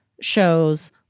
shows